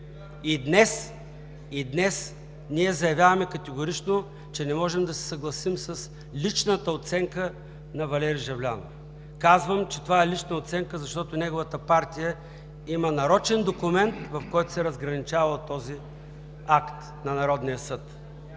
И днес ние заявяваме категорично, че не можем да се съгласим с личната оценка на Валери Жаблянов. Казвам, че това е лична оценка, защото неговата партия има нарочен документ, в който се разграничава от този акт на Народния съд.